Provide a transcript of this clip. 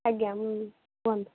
ଆଜ୍ଞା କୁହନ୍ତୁ